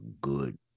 good